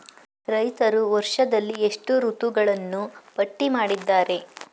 ರೈತರು ವರ್ಷದಲ್ಲಿ ಎಷ್ಟು ಋತುಗಳನ್ನು ಪಟ್ಟಿ ಮಾಡಿದ್ದಾರೆ?